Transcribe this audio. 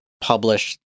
publish